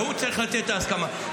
והוא צריך לתת את ההסכמה.